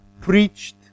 preached